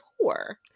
tour